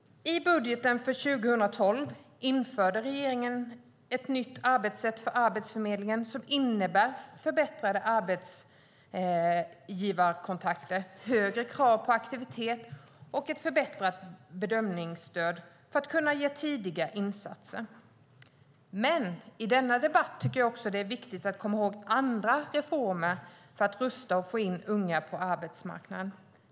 I budgeten för 2012 införde regeringen ett nytt arbetssätt för Arbetsförmedlingen som innebär förbättrade arbetsgivarkontakter, högre krav på aktivitet och ett förbättrat bedömningsstöd för att kunna ge tidiga insatser. I denna debatt tycker jag dock att det också är viktigt att komma ihåg andra reformer för att rusta unga och få in dem på arbetsmarknaden.